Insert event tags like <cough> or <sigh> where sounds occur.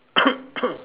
<coughs>